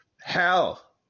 Hell